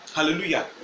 Hallelujah